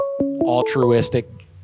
altruistic